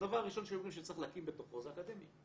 הדבר הראשון שהיו אומרים שצריך להקים בתוכו זה אקדמיה.